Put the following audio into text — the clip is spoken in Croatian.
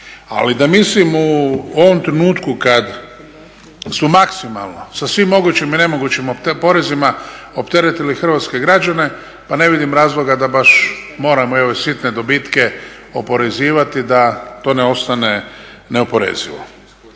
Ali da mislim u ovom trenutku kada su maksimalno sa svim mogućim i nemogućim porezima opteretili hrvatske građane pa ne vidim razloga da baš moramo i ove sitne dobitke oporezivati da to ne ostane neoporezivo.